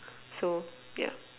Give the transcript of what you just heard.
so yeah